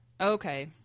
Okay